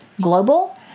Global